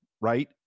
right